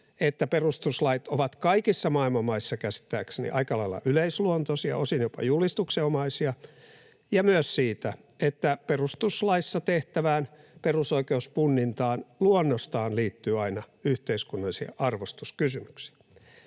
että perustuslait ovat kaikissa maailman maissa käsittääkseni aika lailla yleisluontoisia, osin jopa julistuksenomaisia, ja myös siitä, että perustuslaissa tehtävään perusoikeuspunnintaan luonnostaan liittyy aina yhteiskunnallisia arvostuskysymyksiä.